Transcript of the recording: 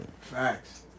Facts